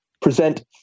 present